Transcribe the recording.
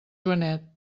joanet